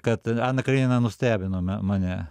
kad ana kareninana nustebino me mane